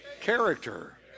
character